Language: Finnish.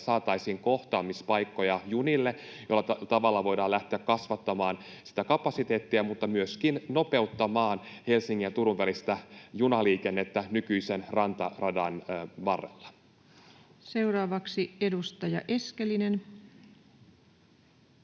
saataisiin kohtaamispaikkoja junille, jolla tavalla voidaan lähteä kasvattamaan kapasiteettia mutta myöskin nopeuttamaan Helsingin ja Turun välistä junaliikennettä nykyisen rantaradan varrella? Seuraavaksi edustaja Eskelinen.